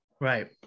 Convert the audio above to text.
Right